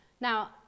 Now